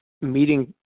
meeting